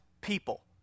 people